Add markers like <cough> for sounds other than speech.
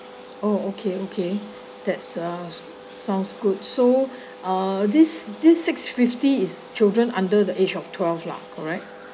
oh okay okay that's uh sounds good so <breath> uh this this six fifty is children under the age of twelve lah correct